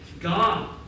God